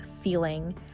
feeling